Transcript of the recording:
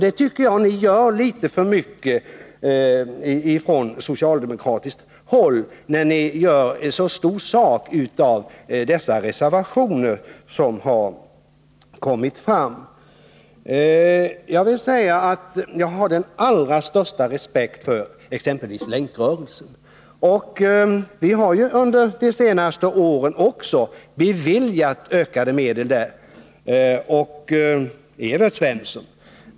Det tycker jag att ni gör litet för mycket från socialdemokratiskt håll, när ni gör en så stor sak av dessa reservationer som har avgivits. Jag har den allra största respekt för exempelvis Länkrörelsen. Vi har ju också under de senaste åren beviljat ökade medel för detta ändamål.